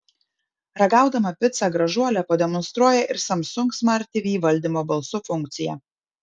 ragaudama picą gražuolė pademonstruoja ir samsung smart tv valdymo balsu funkciją